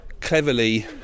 Cleverly